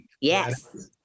Yes